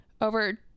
over